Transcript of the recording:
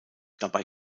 dabei